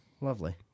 Lovely